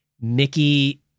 Mickey